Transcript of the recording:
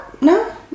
no